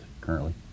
currently